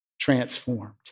transformed